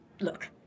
look